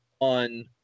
on